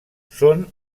són